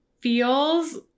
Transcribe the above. feels